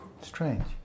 strange